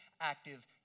active